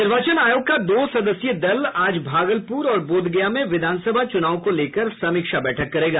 निर्वाचन आयोग का दो सदस्यीय दल आज भागलपुर और बोधगया में विधानसभा चुनाव को लेकर समीक्षा बैठक करेगा